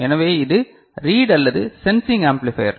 எனவே இது ரீட் அல்லது சென்சிங் ஆம்பிளிபையர்